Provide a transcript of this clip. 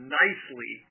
nicely